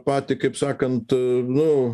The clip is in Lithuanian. patį kaip sakant nu